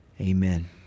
Amen